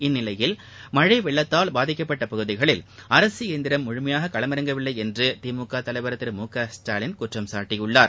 இந்நிலையில் மழழழழழழழ வெள்ளத்தால் பாதிக்கப்பட்ட பகுதிகளில் அரசு இயந்திரம் முழுமையாக களமிறங்கவில்லை என்று திமுக தலைவர் திரு மு க ஸ்டாலின் குற்றம் சாட்டியுள்ளார்